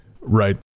Right